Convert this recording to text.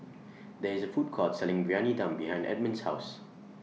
There IS A Food Court Selling Briyani Dum behind Edmond's House